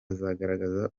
azagaragaza